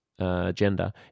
Agenda